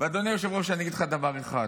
אדוני היושב-ראש, אני אגיד לך דבר אחד: